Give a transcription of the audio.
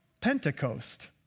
Pentecost